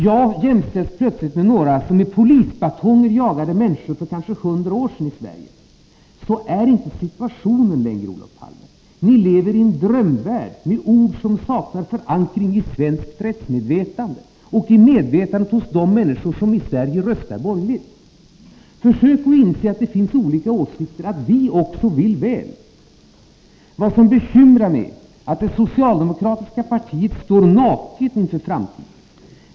Jag jämställs plötsligt med någon som med polisbatonger jagade människor för kanske 100 år sedan i Sverige. Så är inte situationen längre, Olof Palme. Ni leveri en drömvärld med ord som saknar förankring i svenskt rättsmedvetande och i medvetandet hos de människor som i Sverige röstar borgerligt. Försök inse att det finns olika åsikter — att vi också vill väl! Vad som bekymrar mig är att det socialdemokratiska partiet står naket inför framtiden.